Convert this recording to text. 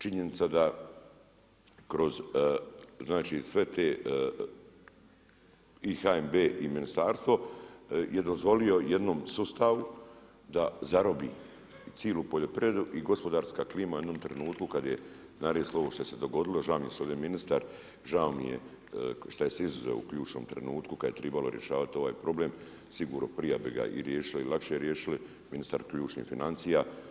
Činjenica da kroz sve te i HNB i ministarstvo je dozvolio jednom sustavu da zarobi cijelu poljoprivredu i gospodarska klima u jednom trenutku kada je naraslo ovo što se dogodilo, žao … ministar, žao mi je šta je se izuzeo u ključnom trenutku kada je trebalo rješavati ovaj problem sigurno prije bi ga i riješili i lakše riješili ministar ključnih financija.